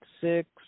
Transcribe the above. six